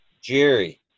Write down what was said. Jerry